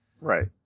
Right